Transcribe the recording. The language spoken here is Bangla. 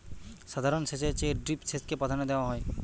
সাধারণ সেচের চেয়ে ড্রিপ সেচকে প্রাধান্য দেওয়া হয়